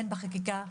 הן בחקיקה,